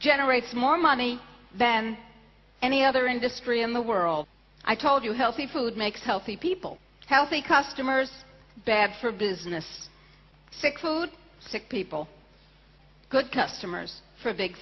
generates more money than any other industry in the world i told you healthy food makes healthy people healthy customers bad for business sick who sick people good customers for big